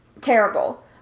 terrible